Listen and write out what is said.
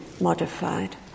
modified